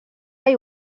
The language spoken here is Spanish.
hay